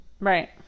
right